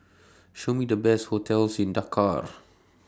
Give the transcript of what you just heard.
Show Me The Best hotels in Dakar